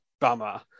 bummer